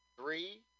Three